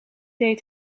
deed